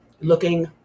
looking